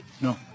no